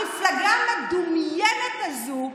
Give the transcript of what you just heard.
המפלגה המדומיינת הזו,